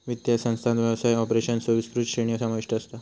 वित्तीय संस्थांत व्यवसाय ऑपरेशन्सचो विस्तृत श्रेणी समाविष्ट असता